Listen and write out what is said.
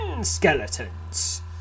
skeletons